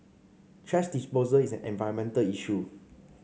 thrash disposal is an environmental issue